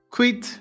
Quit